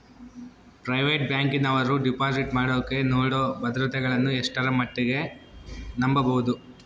Private ಬ್ಯಾಂಕಿನವರು deposit ಮಾಡೋಕೆ ನೇಡೋ ಭದ್ರತೆಗಳನ್ನು ಎಷ್ಟರ ಮಟ್ಟಿಗೆ ನಂಬಬಹುದು?